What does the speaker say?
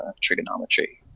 trigonometry